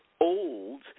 old